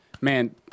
man